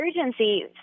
urgency